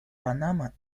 панама